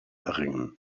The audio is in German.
erringen